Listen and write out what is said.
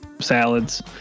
salads